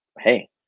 hey